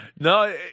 No